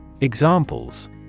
Examples